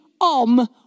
om